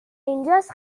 اینجاس